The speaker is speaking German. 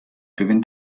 gewinnt